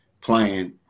playing